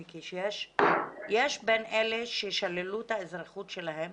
מיקי, שיש בין אלה ששללו את האזרחות שלהם